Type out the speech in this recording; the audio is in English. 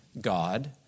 God